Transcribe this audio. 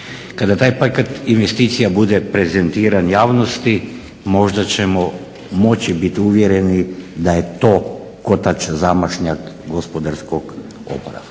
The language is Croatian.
Kada taj paket investicija bude prezentiran javnosti možda ćemo moći biti uvjereni da je to kotač zamašnjak gospodarskog oporavka.